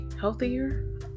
healthier